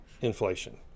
inflation